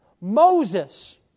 Moses